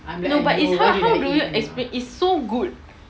no but is how do you explain it's so good